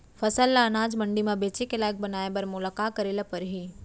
फसल ल अनाज मंडी म बेचे के लायक बनाय बर मोला का करे ल परही?